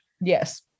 yes